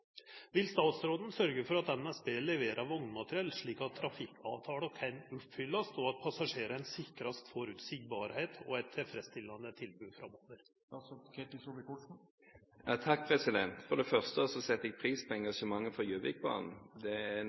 Vil statsråden sørge for at NSB leverer vognmateriell slik at trafikkavtalen kan oppfylles, og at passasjerene sikres forutsigbarhet og et tilfredsstillende tilbud framover?» For det første setter jeg pris på engasjementet for Gjøvikbanen. Det er